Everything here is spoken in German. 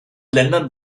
ländern